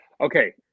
Okay